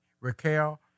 Raquel